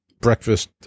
breakfast